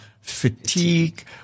fatigue